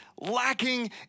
lacking